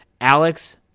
Alex